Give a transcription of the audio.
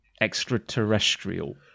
extraterrestrial